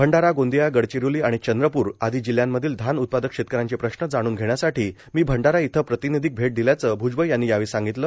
भंडारा गोंदिया गडचिरोली आणि चंद्रपूर आदी जिल्ह्यांमधील धान उत्पादक शेतकऱ्यांचे प्रश्न जाणून घेण्यासाठी मी भंडारा येथे ही प्रातिनिधिक भेट दिल्याचे भुजबळ यावेळी म्हणाले